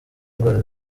indwara